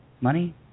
money